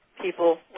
people